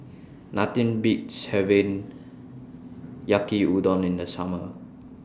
Nothing Beats having Yaki Udon in The Summer